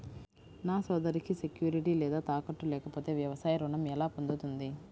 నా సోదరికి సెక్యూరిటీ లేదా తాకట్టు లేకపోతే వ్యవసాయ రుణం ఎలా పొందుతుంది?